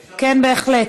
כן, בהחלט.